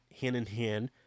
hand-in-hand